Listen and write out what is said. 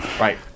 Right